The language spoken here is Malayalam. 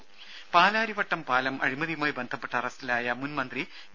ദ്ദേ പാലാരിവട്ടം പാലം അഴിമതിയുമായി ബന്ധപ്പെട്ട് അറസ്റ്റിലായ മുൻ മന്ത്രി വി